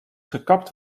gekapt